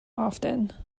often